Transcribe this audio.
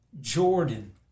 Jordan